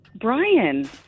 Brian